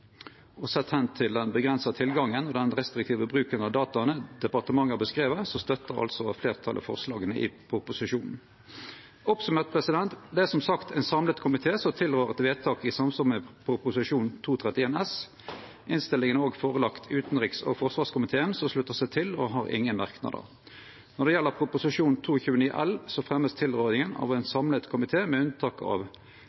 og med tilvising til den avgrensa tilgangen og den restriktive bruken av dataa departementet har beskrive, støttar fleirtalet forslaga i proposisjonen. Oppsummert: Det er som sagt ein samla komité som tilrår eit vedtak i samsvar med proposisjon 231 S. Innstillinga er òg førelagd utanriks- og forsvarskomiteen, som sluttar seg til ho og ikkje har nokon merknader. Når det gjeld proposisjon 229 L, vert tilrådinga fremja av ein